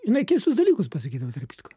jinai keistus dalykus pasakydavo tarp kitko